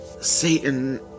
Satan